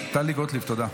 טלי, טלי.